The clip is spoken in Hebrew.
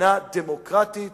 מדינה דמוקרטית